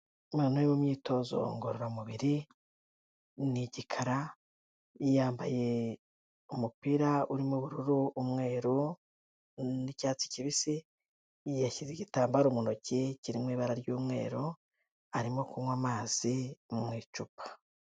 Umwana uri mu myitozo ngororamubiri, ni igikara. Yambaye umupira urimo ubururu, umweru n'icyatsi kibisi, yashyize igitambaro mu ntoki kiri mu ibara ry'umweru, arimo kunywa amazi mu icupa.